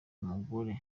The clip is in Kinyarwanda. umugore